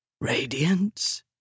Radiance